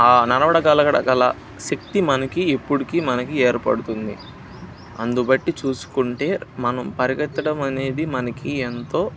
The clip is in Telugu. ఆ నడవడగల గల శక్తి మనకు ఎప్పటికి మనకు ఏర్పడుతుంది అందుబట్టి చూసుకుంటే మనం పరిగెత్తడం అనేది మనకు ఎంతో